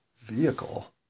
vehicle